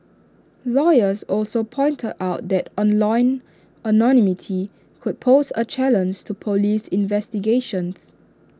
lawyers also pointed out that online anonymity could pose A challenge to Police investigations